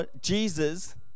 Jesus